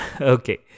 Okay